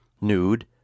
nude